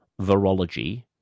virology